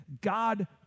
God